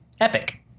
Epic